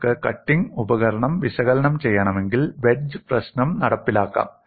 നിങ്ങൾക്ക് കട്ടിംഗ് ഉപകരണം വിശകലനം ചെയ്യണമെങ്കിൽ വെഡ്ജ് പ്രശ്നം നടപ്പിലാക്കാം